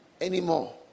anymore